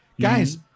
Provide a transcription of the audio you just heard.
Guys